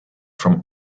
from